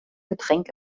getränk